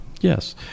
Yes